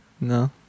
No